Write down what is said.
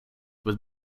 with